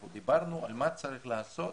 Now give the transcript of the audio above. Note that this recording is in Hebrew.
אנחנו דיברנו על מה צריך לעשות,